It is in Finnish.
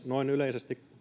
noin yleisesti